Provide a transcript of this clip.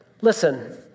listen